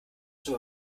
über